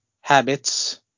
habits